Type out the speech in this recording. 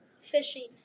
Fishing